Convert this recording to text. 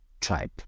tribe